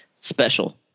special